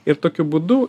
ir tokiu būdu